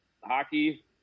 hockey